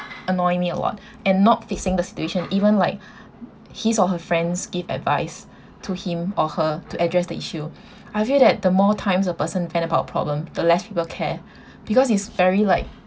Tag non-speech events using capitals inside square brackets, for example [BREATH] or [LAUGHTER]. annoy me a lot and not facing the situation even like [BREATH] his or her friends give advice to him or her to address the issue [BREATH] I feel that the more times a person vent about problem the less people care [BREATH] because it's very like